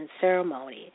ceremony